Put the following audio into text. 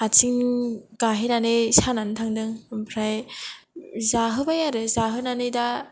आथिं गाहेनानै सानानै थांदों ओमफ्राय जाहोबाय आरो जाहोनानै दा